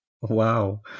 Wow